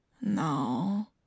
No